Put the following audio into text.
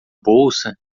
bolsa